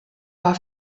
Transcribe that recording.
war